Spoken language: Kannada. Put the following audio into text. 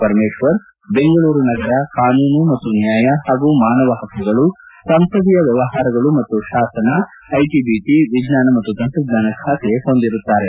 ಪರಮೇಶ್ವರ್ ಬೆಂಗಳೂರು ನಗರ ಕಾನೂನು ಮತ್ತು ನ್ಯಾಯ ಹಾಗೂ ಮಾನವ ಪಕ್ಕುಗಳು ಸಂಸದೀಯ ವ್ಯವಹಾರಗಳು ಮತ್ತು ಶಾಸನ ಐಟಿಬಿಟಿ ವಿಜ್ವಾನ ಮತ್ತು ತಂತ್ರಜ್ಞಾನ ಖಾತೆ ಹೊಂದಿರುತ್ತಾರೆ